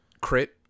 Crit